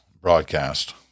broadcast